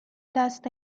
دست